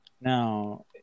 Now